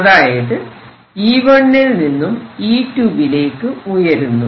അതായത് E1 ൽ നിന്നും E2 വിലേക്കു ഉയരുന്നു